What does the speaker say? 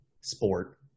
sport